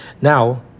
Now